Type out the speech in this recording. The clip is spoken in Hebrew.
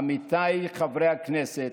עמיתיי חברי הכנסת,